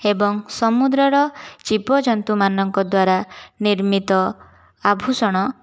ଏବଂ ସମୁଦ୍ରର ଜୀବଜନ୍ତୁମାନଙ୍କ ଦ୍ଵାରା ନିର୍ମିତ ଆଭୂଷଣ